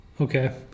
Okay